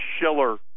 Schiller